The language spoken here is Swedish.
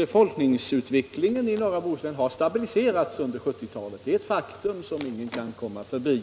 Befolkningsutvecklingen i norra Bohuslän har stabiliserats under 1970-talet. Det är ett faktum som ingen kan komma förbi.